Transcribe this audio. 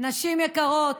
נשים יקרות,